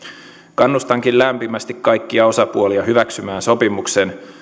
kannustankin lämpimästi kaikkia osapuolia hyväksymään sopimuksen